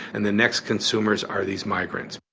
and the next consumers are these migrants.